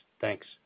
Thanks